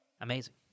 amazing